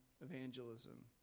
evangelism